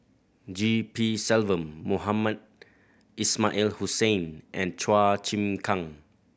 G P Selvam Mohamed Ismail Hussain and Chua Chim Kang